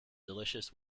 delicious